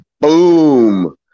boom